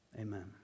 Amen